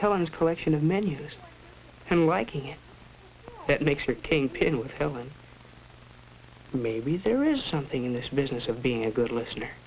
helen's collection of menus and liking it that makes her kingpin with children maybe there is something in this business of being a good listener